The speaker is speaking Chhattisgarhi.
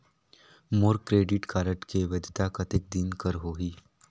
मोर क्रेडिट कारड के वैधता कतेक दिन कर होही?